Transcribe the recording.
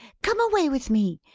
come away with me!